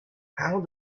how